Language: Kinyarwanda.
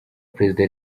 perezida